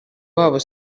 wawo